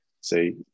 say